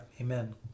Amen